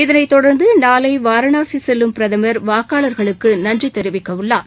இதளைத் தொடர்ந்து நாளை வாரணாசி செல்லும் பிரதமர் வாக்காளர்களுக்கு நன்றி தெரிவிக்கவுள்ளார்